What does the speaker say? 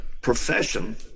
profession